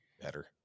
better